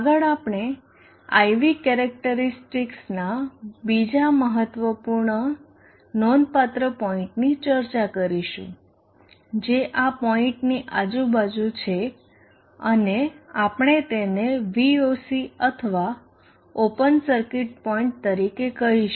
આગળ આપણે I V કેરેક્ટરીસ્ટિકસના બીજા મહત્વપૂર્ણ નોંધપાત્ર પોઇન્ટની ચર્ચા કરીશું જે આ પોઇન્ટની આજુબાજુ છે અને આપણે તેને Voc અથવા ઓપન સર્કિટ પોઇન્ટ તરીકે કહીશું